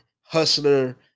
hustler